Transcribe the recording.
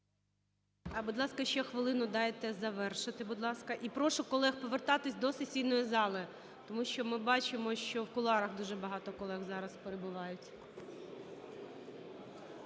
Будь ласка, ще хвилину дайте завершити, будь ласка. І прошу колег повертатись до сесійної зали, тому що ми бачимо, що в кулуарах дуже багато колег зараз перебуває.